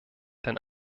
denn